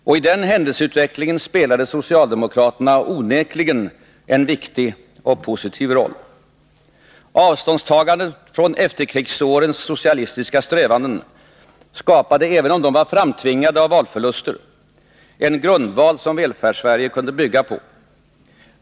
Och i den händelseutvecklingen spelade socialdemokraterna onekligen en viktig och positiv roll. Avståndstagandet från efterkrigsårens socialistiska strävanden skapade, även om det var framtvingat av valförluster, en grundval som Välfärdssverige kunde bygga på.